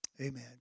Amen